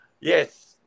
Yes